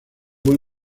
buen